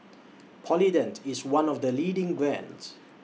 Polident IS one of The leading brands